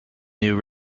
new